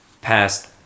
past